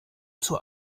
zur